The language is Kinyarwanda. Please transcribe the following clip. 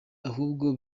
ahubwo